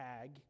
tag